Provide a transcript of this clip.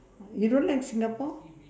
you don't like singapore